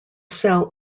cell